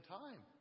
time